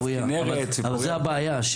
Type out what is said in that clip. זה הבעיה,